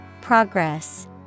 Progress